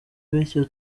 bityo